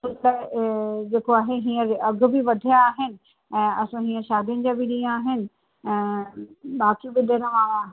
छो त जेको आहे हींअर अघ बि वधिया आहिनि ऐं असां हींअर शादियुनि जा बि ॾींहं आहिनि ऐं बाक़ी बि ॾीण आहियां